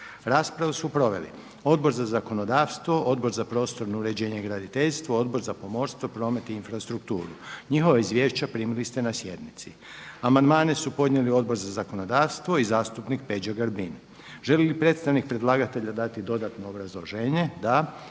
Raspravu su proveli Odbor za zakonodavstvo, Odbor za prostorno uređenje i graditeljstvo, Odbor za pomorstvo, promet i infrastrukturu. Njihova izvješća primili ste na sjednici. Amandmane su podnijeli Odbor za zakonodavstvo i zastupnik Peđa Grbin. Želi li predstavnik predlagatelja doti dodatno obrazloženje? Da.